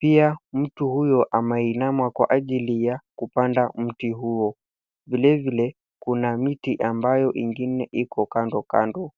Pia mtu huyo ameinama kwa ajili ya kupanda mti huo. Vile vile kuna miti ambayo ingine iko kando kando.